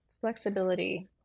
Flexibility